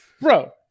bro